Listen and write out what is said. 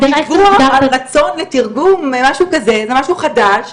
יידוע על רצון לתרגום, משהו כזה, זה משהו חדש,